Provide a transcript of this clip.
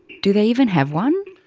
do they even have one?